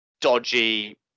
dodgy